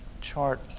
chart